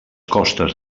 costes